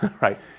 right